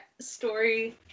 story